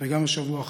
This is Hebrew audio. וגם השבוע,